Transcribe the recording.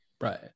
right